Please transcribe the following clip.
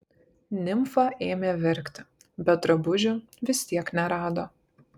nimfa ėmė verkti bet drabužių vis tiek nerado